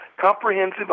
comprehensive